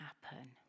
happen